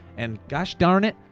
and gosh darn it,